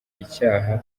icyaha